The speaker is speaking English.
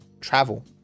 travel